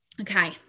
Okay